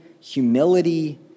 humility